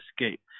escape